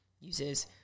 uses